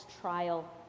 trial